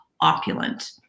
opulent